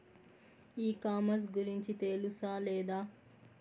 ఈ కామర్స్ గురించి తెలుసా లేదా?